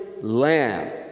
lamb